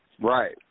Right